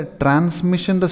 transmission